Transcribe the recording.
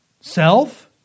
Self